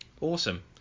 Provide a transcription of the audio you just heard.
Awesome